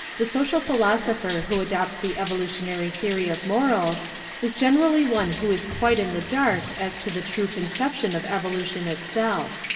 the social philosopher who adopts the evo lutionary theory of morals is generally one who is quite in the dark as to the true concep tion of evolution itself.